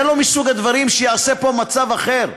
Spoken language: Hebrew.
זה לא מסוג הדברים שיעשו פה מצב אחר.